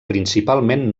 principalment